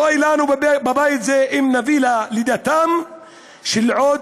אוי לנו בבית הזה אם נביא ללידתם של עוד